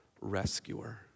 rescuer